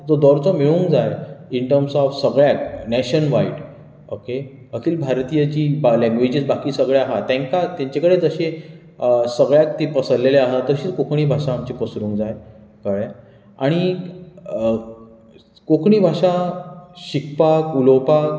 जो दर्जो मेळूंक जाय एकदम सो सगळ्याक नॅशन वायड ओके अखील भारतीयाची लॅंगवेजीस बाकी सगळ्याक आहा तेंकां तेंचे कडेन जशें सगळ्याक ती पसरलेली आहा तशीच कोंकणी भाशा आमची पसरूंक जाय कळ्ळें आनीक कोंकणी भाशा शिकपाक उलोवपाक